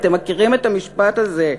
אתם מכירים את המשפט הזה.